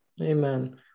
Amen